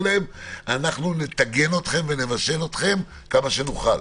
להם שאנחנו נטגן אתכם ונבשל אתכם כמה שנוכל.